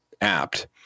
apt